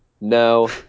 No